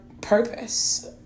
purpose